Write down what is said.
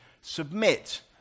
submit